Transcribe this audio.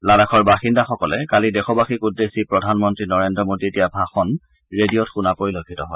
লাডাখৰ বাসিন্দাসকলে কালি দেশবাসীক উদ্দেশ্যি প্ৰধানমন্ত্ৰী নৰেন্দ্ৰ মোদীয়ে দিয়া ভাষণ ৰেডিঅ'ত শুনা পৰিলক্ষিত হয়